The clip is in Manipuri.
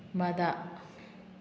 ꯃꯗ